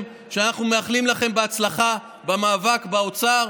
שאנחנו מאחלים לכם בהצלחה במאבק באוצר,